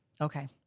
Okay